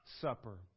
Supper